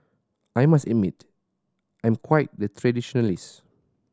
I must admit I'm quite the traditionalist